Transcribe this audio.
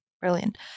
Brilliant